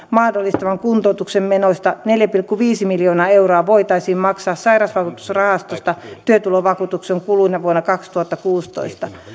mahdollistavan kuntoutuksen menoista neljä pilkku viisi miljoonaa euroa voitaisiin maksaa sairausvakuutusrahastosta työtulovakuutuksen kuluina vuonna kaksituhattakuusitoista